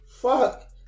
fuck